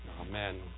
Amen